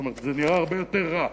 זאת אומרת, זה נראה הרבה יותר רע.